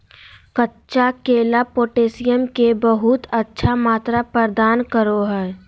कच्चा केला पोटैशियम के बहुत अच्छा मात्रा प्रदान करो हइ